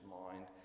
mind